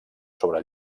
sobre